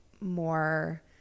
more